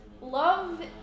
Love